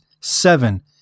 Seven